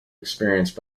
experienced